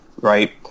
right